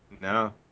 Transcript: No